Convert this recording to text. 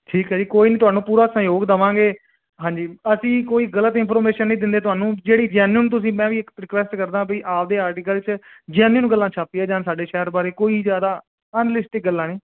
ਠੀਕ ਹੈ ਜੀ ਕੋਈ ਨਹੀਂ ਤੁਹਾਨੂੰ ਪੂਰਾ ਸਹਿਯੋਗ ਦੇਵਾਂਗੇ ਹਾਂਜੀ ਅਸੀਂ ਕੋਈ ਗਲਤ ਇਨਫੋਰਮੇਸ਼ਨ ਨਹੀਂ ਦਿੰਦੇ ਤੁਹਾਨੂੰ ਜਿਹੜੀ ਜੈਨੁਆਨ ਤੁਸੀਂ ਮੈਂ ਵੀ ਇੱਕ ਰਿਕਵੈਸਟ ਕਰਦਾ ਬੀ ਆਪਦੇ ਆਰਟੀਕਲ 'ਚ ਜੈਨੁਅਨ ਗੱਲਾਂ ਛਾਪੀਆਂ ਜਾਣ ਸਾਡੇ ਸ਼ਹਿਰ ਬਾਰੇ ਕੋਈ ਜ਼ਿਆਦਾ ਅਨਲਿਸਟਿਕ ਗੱਲਾਂ ਨਹੀਂ